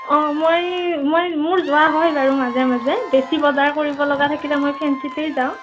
অ মই মই মোৰ যোৱা হয় বাৰু মাজে মাজে বেছি বজাৰ কৰিবলগীয়া থাকিলে মই ফেঞ্চিতেই যাওঁ